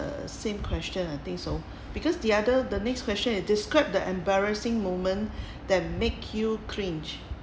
err same question I think so because the other the next question is describe the embarrassing moment that make you cringe